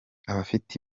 abafite